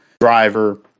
driver